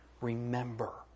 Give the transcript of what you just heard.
Remember